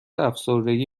افسردگی